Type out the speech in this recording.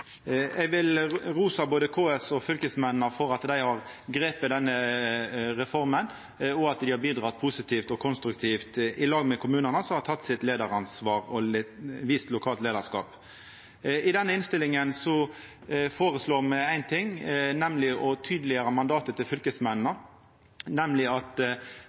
Eg vil rosa både KS og fylkesmennene for at dei har gripe denne reforma og bidrege positivt og konstruktivt i lag med kommunane, teke leiaransvar og vist lokalt leiarskap. I denne innstillinga føreslår me å tydeleggjera mandatet til fylkesmennene, nemleg at